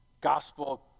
gospel